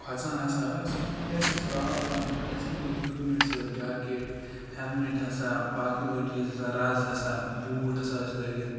کھۄژان ہَسا ٲسۍ ییٚلہِ ہَسا أسۍ راک کلایمبِنٛگ کٔر اَسہِ ہسا نی اِکوِپمنٹ سۭتۍ جاکیٹ ہیٚلمِٹ ہَسا باقی باقی چیٖز ہَسا رَز ہَسا بوٗٹھ ہَسا ٲسۍ لٲگِتھ